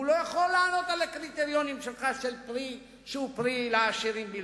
והיא לא יכולה לענות על הקריטריונים שלך של פרי שהוא פרי לעשירים בלבד.